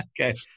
Okay